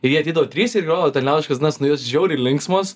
ir jie ateidavo trys ir grodavo ten liaudiškas dainas nu jos žiauriai linksmos